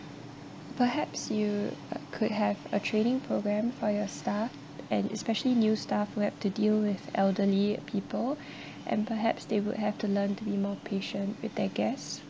perhaps you uh could have a training program for your staff and especially new staff who have to deal with elderly people and perhaps they would have to learn to be more patient with their guests